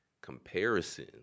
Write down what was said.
comparison